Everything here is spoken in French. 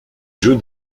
jeux